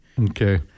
Okay